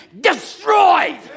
destroyed